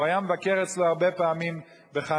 והוא היה מבקר אצלו הרבה פעמים בחנוכה.